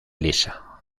lisa